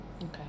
Okay